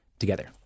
together